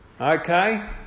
Okay